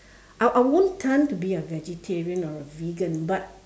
I I won't turn to be a vegetarian or a vegan but